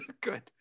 Good